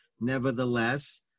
Nevertheless